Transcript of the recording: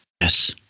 Yes